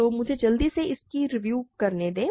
तो मुझे जल्दी से इसकी रिव्यु करने दें